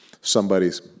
somebody's